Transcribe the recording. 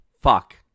Fuck